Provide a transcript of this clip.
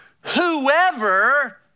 Whoever